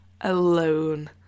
alone